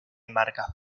marcas